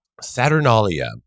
Saturnalia